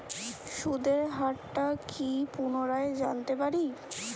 সুদের হার টা কি পুনরায় জানতে পারি?